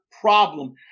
problem